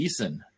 Eason